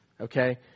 Okay